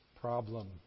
problem